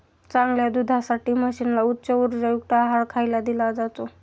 चांगल्या दुधासाठी म्हशींना उच्च उर्जायुक्त आहार खायला दिला जातो